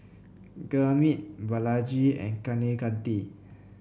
Gurmeet Balaji and Kaneganti